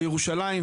בירושלים,